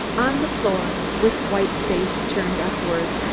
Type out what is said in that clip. on the floor, with white face turned upward,